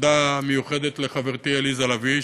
תודה מיוחדת לחברתי עליזה לביא,